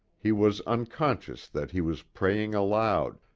he was unconscious that he was praying aloud,